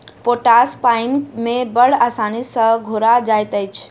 potash पाइन मे बड़ आसानी सॅ घोरा जाइत अछि